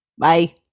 Bye